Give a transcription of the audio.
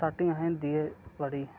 starting असें हिंदी गै पढ़ी